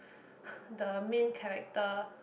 the main character